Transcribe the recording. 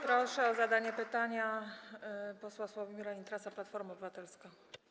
Proszę o zadanie pytania posła Sławomira Nitrasa, Platforma Obywatelska.